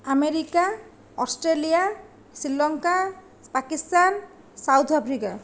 America Australia Sri Lanka Pakistan South Africa